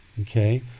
okay